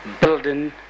building